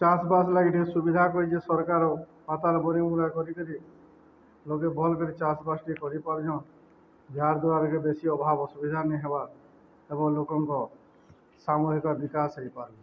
ଚାଷବାସ ଲାଗି ଟିକେ ସୁବିଧା କରିଚେ ସରକାର ପାତାଲ ବରି ମୁଗା କରିକିରି ଲୋକେ ଭଲ୍ କରି ଚାଷବାସ ଟିକେ କରିପାରୁଚନ୍ ଯାହାଦ୍ୱାରାକେ ବେଶୀ ଅଭାବ ଅସୁବିଧା ନି ହେବା ଏବଂ ଲୋକଙ୍କ ସାମୁହିକ ବିକାଶ ହେଇପାରୁଚେ